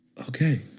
okay